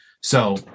So-